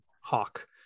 hawk